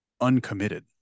uncommitted